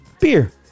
beer